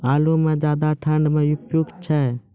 आलू म ज्यादा ठंड म उपयुक्त छै?